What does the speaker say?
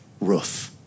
roof